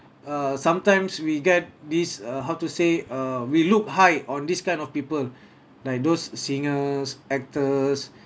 uh sometimes we get this uh how to say uh we look high on this kind of people like those singers actors